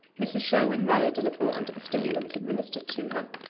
mrs. sherwin rallied a little under the stimulants administered to her,